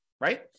right